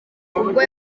ubwo